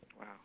Wow